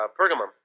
Pergamum